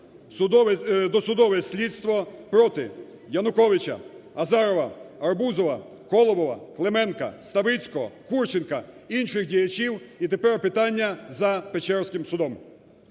досудове слідство проти Януковича, Азарова, Арбузова, Колобова, Клименка, Ставицького, Курченка, інших діячів, і тепер питання за Печерським судом.